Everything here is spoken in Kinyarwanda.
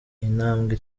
intambwe